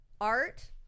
Art